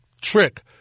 trick